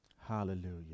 Hallelujah